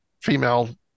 female